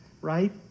right